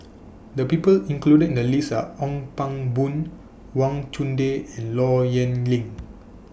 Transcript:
The People included in The list Are Ong Pang Boon Wang Chunde and Low Yen Ling